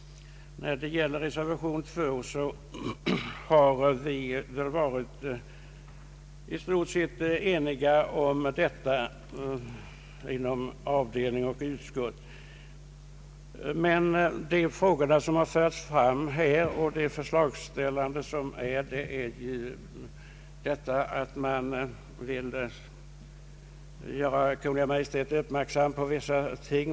Beträffande reservation 2 har vi i stort sett varit eniga inom avdelningen och utskottet. De frågor som har förts fram och de förslag som ställts innebär att reservanterna vill göra Kungl. Maj:t uppmärksam på vissa ting.